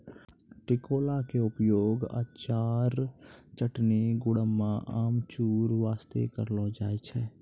टिकोला के उपयोग अचार, चटनी, गुड़म्बा, अमचूर बास्तॅ करलो जाय छै